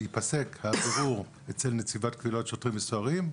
ייפסק הבירור אצל נציבת קבילות שוטרים וסוהרים,